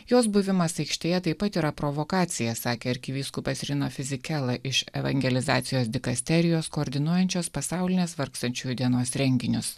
jos buvimas aikštėje taip pat yra provokacija sakė arkivyskupas rino fizikela iš evangelizacijos dikasterijos koordinuojančios pasaulinės vargstančiųjų dienos renginius